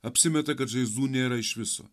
apsimeta kad žaizdų nėra iš viso